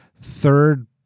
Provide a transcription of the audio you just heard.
third